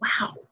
Wow